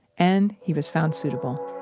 and he was found suitable.